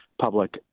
public